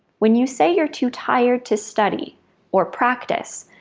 when you say you're too tired to study or practise,